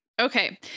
Okay